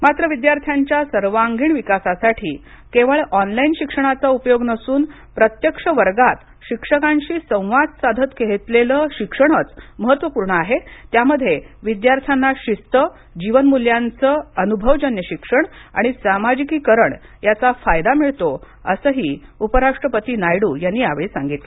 मात्र विद्यार्थ्यांच्या सर्वांगीण विकासासाठी केवळ ऑनलाईन शिक्षणाचा उपयोग नसून प्रत्यक्ष वर्गात शिक्षकांशी संवाद साधत घेतलेलं शिक्षणच महत्त्वपूर्ण आहे त्यामध्ये विद्यार्थ्यांना शिस्त जीवनमूल्यांच अनुभवजन्य शिक्षण आणि सामाजिकीकरण याचा फायदा मिळतो असंही उपराष्ट्रपती नायडू यांनी यावेळी सांगितलं